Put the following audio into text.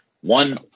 One